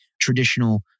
traditional